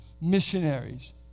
missionaries